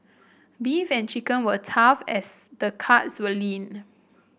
beef and chicken were tough as the cuts were lean